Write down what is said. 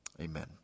Amen